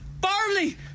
Barley